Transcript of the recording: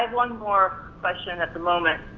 one more question at the moment